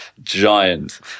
giant